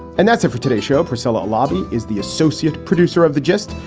and that's it for today's show, pricella lobby is the associate producer of the gist.